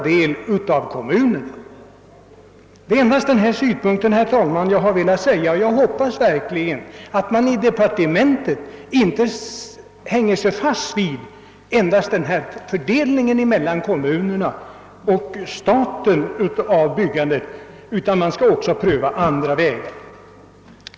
Herr talman! Det är endast denna synpunkt jag velat framföra. Jag hoppas verkligen att man inom departementet inte skall hålla fast vid endast denna fördelning av byggandet mellan kommunerna och staten utan också skall pröva andra vägar.